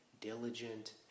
diligent